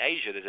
Asia